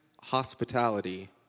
Hospitality